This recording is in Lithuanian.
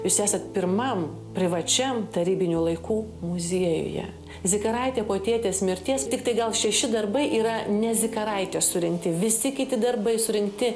jūs esat pirmam privačiam tarybinių laikų muziejuje zikaraitė po tėtės mirties tiktai gal šeši darbai yra ne zikaraitės surinkti visi kiti darbai surinkti